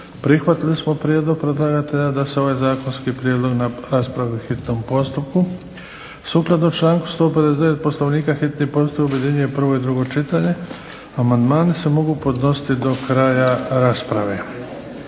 prihvatili smo prijedlog predlagatelja da se ovaj zakonski prijedlog raspravi u hitnom postupku. Sukladno članku 159. Poslovnika hitni postupak objedinjuje prvo i drugo čitanje. Amandmani se mogu podnositi do kraja rasprave.